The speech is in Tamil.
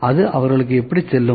அது அவர்களுக்கு எப்படிச் செல்லும்